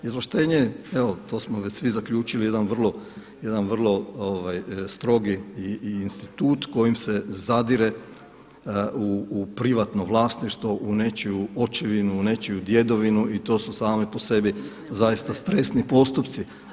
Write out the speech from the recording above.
Izvlaštenje evo to smo već svi zaključili jedan vrlo strogi institut kojim se zadire u privatno vlasništvo, u nečiju očevinu, u nečiju djedovinu i to su same po sebi zaista stresni postupci.